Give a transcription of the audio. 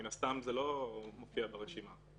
מן הסתם, זה לא מופיע ברשימה.